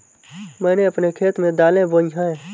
मैंने अपने खेत में दालें बोई हैं